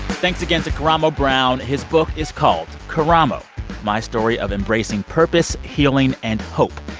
thanks again to karamo brown. his book is called karamo my story of embracing purpose, healing, and hope.